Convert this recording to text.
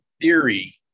theory